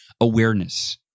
awareness